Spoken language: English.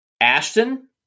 Ashton